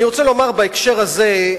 אני רוצה לומר בהקשר הזה: